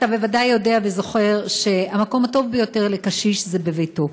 אתה בוודאי יודע וזוכר שהמקום הטוב ביותר לקשיש הוא בביתו.